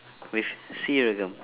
with seeragam